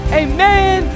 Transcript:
amen